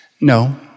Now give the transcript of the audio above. No